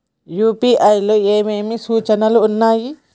UPI లో ఏమేమి సూచనలు ఉన్నాయి?